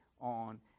on